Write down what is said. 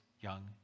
young